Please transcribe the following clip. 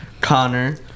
Connor